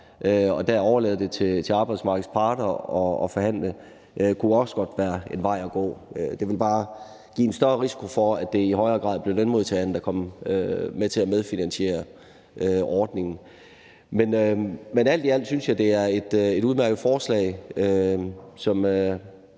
og at overlade det til arbejdsmarkedets parter at forhandle også godt kunne være en vej at gå. Det vil bare give en større risiko for, at det i højere grad blev lønmodtageren, der kom til at medfinansiere ordningen. Men alt i alt synes jeg, at det er et udmærket forslag, som